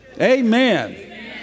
Amen